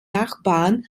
nachbarn